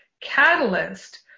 catalyst